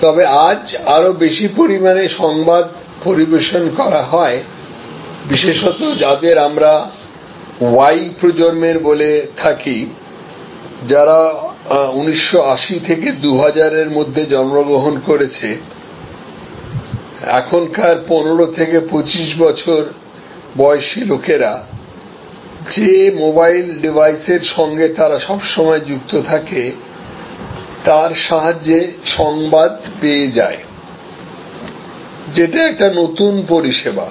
তবে আজ আরও বেশি পরিমাণে সংবাদ পরিবেশন করা হয় বিশেষত যাদের আমরা Y প্রজন্মের বলে থাকি যারা 1980 থেকে 2000 এর মধ্যে জন্মগ্রহণ করেছে মানে এখনকার 15 থেকে 25 বছর বয়সী লোকেরা যে মোবাইল ডিভাইসের সঙ্গে তারা সব সময় যুক্ত থাকে তার সাহায্যে সংবাদ পেয়ে যায় যেটা একটি নতুন পরিষেবা